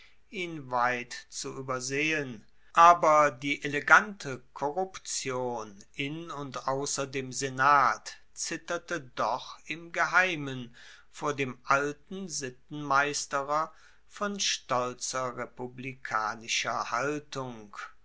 ihn weit zu uebersehen aber die elegante korruption in und ausser dem senat zitterte doch im geheimen vor dem alten sittenmeisterer von stolzer republikanischer haltung